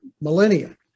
millennia